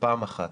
שפעם אחת